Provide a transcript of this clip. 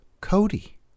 Cody